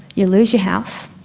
you lose your house.